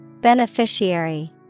Beneficiary